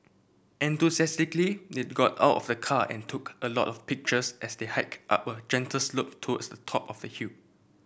enthusiastically they got out of the car and took a lot of pictures as they hiked up a gentle slope towards the top of the hill